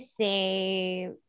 say